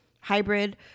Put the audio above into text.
hybrid